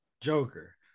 Joker